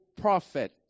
prophet